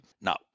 Now